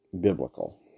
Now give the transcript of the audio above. biblical